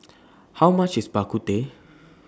How much IS Bak Kut Teh